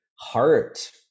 heart